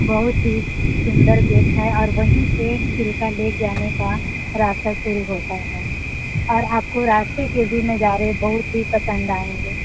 बहुत ही सुन्दर गेट है और वहीं से चिल्का लेक जाने का रास्ता शुरु होता है और आपको रास्ते में भी नजारे बहुत ही पसंद आएंगे